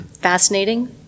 fascinating